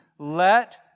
let